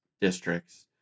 districts